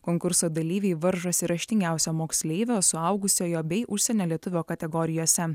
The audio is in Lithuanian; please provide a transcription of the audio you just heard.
konkurso dalyviai varžosi raštingiausio moksleivio suaugusiojo bei užsienio lietuvio kategorijose